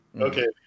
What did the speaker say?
Okay